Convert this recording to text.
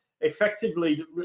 effectively